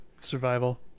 Survival